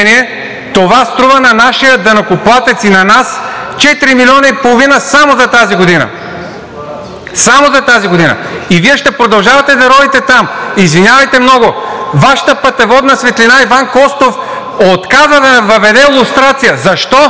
това струва на нашия данъкоплатец и на нас 4 милиона и половина само за тази година. Само за тази година! И Вие ще продължавате да ровите там. Извинявайте много, Вашата пътеводна светлина – Иван Костов, отказа да въведе лустрация. Защо?